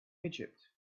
egypt